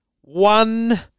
one